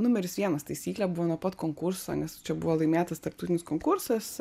numeris vienas taisyklė buvo nuo pat konkurso nes čia buvo laimėtas tarptautinis konkursas